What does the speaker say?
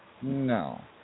No